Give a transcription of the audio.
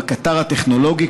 בקטר הטכנולוגי,